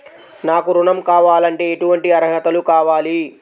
నాకు ఋణం కావాలంటే ఏటువంటి అర్హతలు కావాలి?